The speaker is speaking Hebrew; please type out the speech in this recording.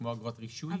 כמו אגרת רישוי?